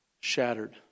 Shattered